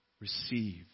receive